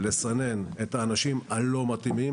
לסנן את האנשים הלא מתאימים,